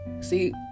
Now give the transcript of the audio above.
see